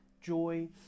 joy